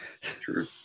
True